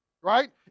Right